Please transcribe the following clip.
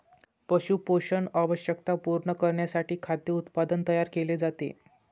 पशु पोषण आवश्यकता पूर्ण करण्यासाठी खाद्य उत्पादन तयार केले जाते